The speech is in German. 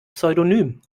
pseudonym